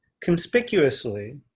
conspicuously